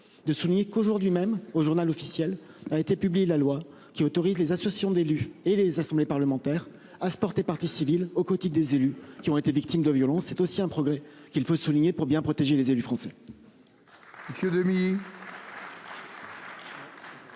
de souligner qu'aujourd'hui même au Journal officiel a été publié la loi qui autorise les associations d'élus et les assemblées parlementaires à se porter partie civile aux côtés des élus qui ont été victimes de violences. C'est aussi un progrès qu'il faut souligner pour bien protéger les élus français.